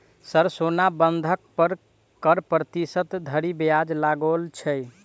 Sir सोना बंधक पर कऽ प्रतिशत धरि ब्याज लगाओल छैय?